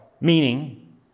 Meaning